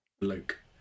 Luke